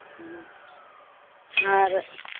ᱦᱮᱸ ᱟᱨ